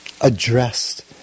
addressed